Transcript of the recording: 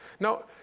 now,